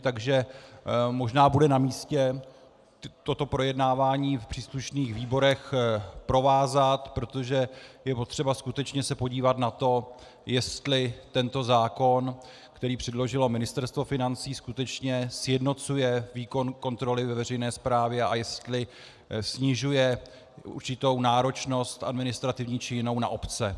Takže možná bude namístě toto projednávání v příslušných výborech provázat, protože je potřeba se skutečně podívat na to, jestli tento zákon, který předložilo Ministerstvo financí, skutečně sjednocuje výkon kontroly ve veřejné správě a jestli snižuje určitou náročnost administrativní či jinou na obce.